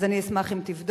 אז אני אשמח אם תבדוק.